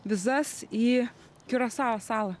vizas į kiurasao salą